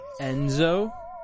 Enzo